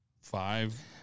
five